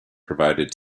provided